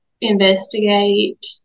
investigate